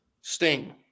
Sting